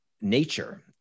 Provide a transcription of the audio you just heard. nature